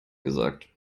gesagt